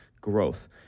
growth